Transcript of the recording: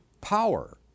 power